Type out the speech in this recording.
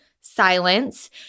silence